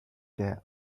their